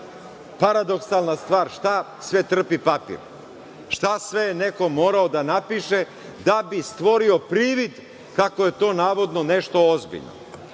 Paradoksalna stvar šta sve trpi papir, šta je sve neko morao da napiše da bi stvorio privid kako je to navodno nešto ozbiljno.